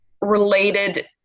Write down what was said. related